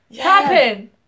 Happen